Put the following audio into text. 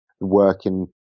working